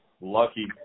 lucky